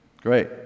Great